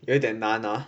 有一点难 ah